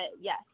yes